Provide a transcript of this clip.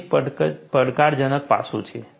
આ એક પડકારજનક પાસું છે